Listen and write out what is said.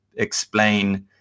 explain